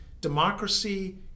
democracy